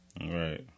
right